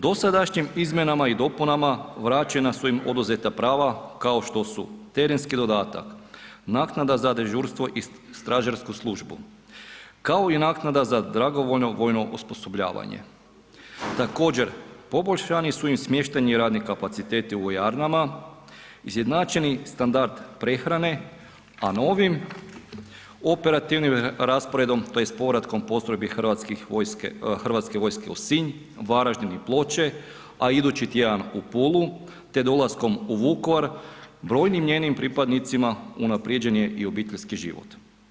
Dosadašnjim izmjenama i dopunama vraćena su im oduzeta prava kao što su terenski dodatak, naknada za dežurstvo i stražarsku službu, kao i naknada za dragovoljno vojno osposobljavanje, također poboljšani su im smještajni radni kapaciteti u vojarnama, izjednačeni standard prehrane, a novim operativnim rasporedom tj. povratkom postrojbi HV-a u Sinj, Varaždin i Ploče, a idući tjedan u Pulu, te da ulaskom u Vukovar brojnim njenim pripadnicima unaprijeđen je i obiteljski život.